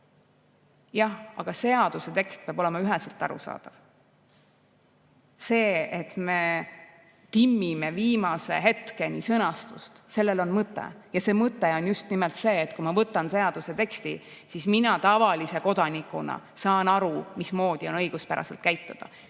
Jah, aga seaduse tekst peab olema üheselt arusaadav. Sellel, et me timmime viimase hetkeni sõnastust, on mõte. See mõte on just nimelt see, et kui ma võtan seaduseteksti, siis mina tavalise kodanikuna saan aru, mismoodi on õiguspärane käituda.